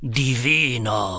divino